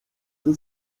que